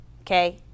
Okay